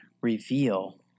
Reveal